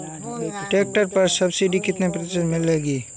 Tractor पर subsidy कितने प्रतिशत मिलती है?